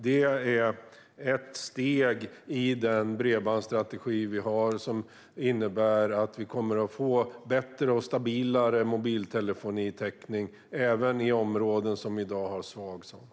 Det är ett steg i den bredbandsstrategi som vi har och som innebär att vi kommer att få bättre och stabilare mobiltelefonitäckning även i områden som i dag har dålig täckning.